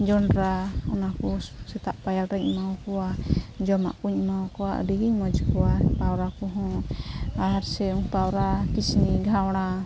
ᱡᱚᱸᱰᱨᱟ ᱚᱱᱟᱠᱚ ᱥᱮᱛᱟᱜ ᱯᱟᱭᱟᱨ ᱨᱮ ᱤᱧᱦᱚᱸ ᱮᱢᱟᱣᱟᱠᱚᱣᱟ ᱡᱚᱢᱟᱜᱠᱚᱧ ᱮᱢᱟᱣᱟᱠᱚᱣᱟ ᱟᱹᱰᱤᱜᱮᱧ ᱢᱚᱡᱽ ᱠᱚᱣᱟ ᱯᱟᱣᱨᱟ ᱠᱚᱦᱚᱸ ᱟᱨ ᱥᱮ ᱯᱟᱣᱨᱟ ᱠᱤᱥᱱᱤ ᱜᱷᱟᱣᱲᱟ